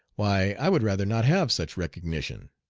why, i would rather not have such recognition.